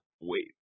wait